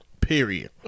Period